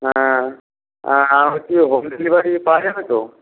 হ্যাঁ হ্যাঁ বলছি হোম ডেলিভারি পাওয়া যাবে তো